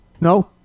No